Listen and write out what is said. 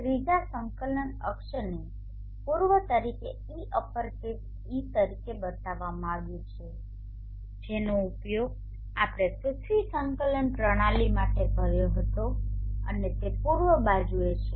ત્રીજા સંકલન અક્ષને પૂર્વ તરીકે ઇ અપરકેસ ઇ તરીકે બતાવવામાં આવ્યું છે જેનો ઉપયોગ આપણે પૃથ્વી સંકલન પ્રણાલી માટે કર્યો હતો અને તે પૂર્વ બાજુએ છે